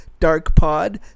darkpod